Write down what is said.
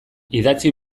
idatzi